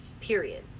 period